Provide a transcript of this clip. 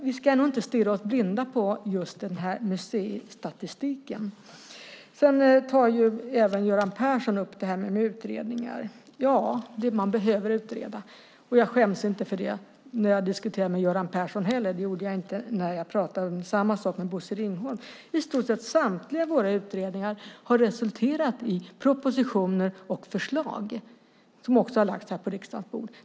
Vi ska nog inte stirra oss blinda på museistatistiken. Även Göran Persson tar upp detta med utredningar. Ja, man behöver utreda, och jag skäms inte för det när jag diskuterar med Göran Persson. Det gjorde jag inte när jag pratade om samma sak med Bosse Ringholm heller. I stort sett samtliga våra utredningar har resulterat i propositioner och förslag som också har lagts fram här på riksdagens bord.